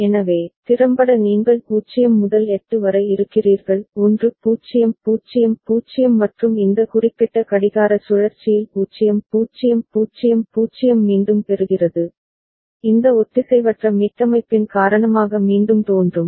எனவே திறம்பட நீங்கள் 0 முதல் 8 வரை இருக்கிறீர்கள் 1 0 0 0 மற்றும் இந்த குறிப்பிட்ட கடிகார சுழற்சியில் 0 0 0 0 மீண்டும் பெறுகிறது இந்த ஒத்திசைவற்ற மீட்டமைப்பின் காரணமாக மீண்டும் தோன்றும்